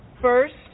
First